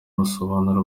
basobanurira